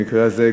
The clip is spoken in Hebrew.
במקרה הזה,